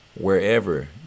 wherever